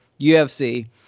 UFC